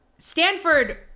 Stanford